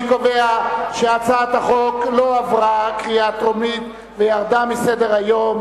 אני קובע שהצעת החוק לא עברה בקריאה טרומית וירדה מסדר-היום.